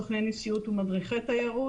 סוכני נסיעות ומדריכי תיירות